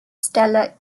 stellar